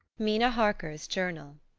mina harker's journal.